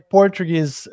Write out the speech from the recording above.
Portuguese